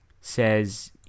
says